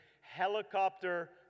helicopter